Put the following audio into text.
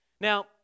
Now